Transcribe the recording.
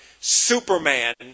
Superman